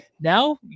Now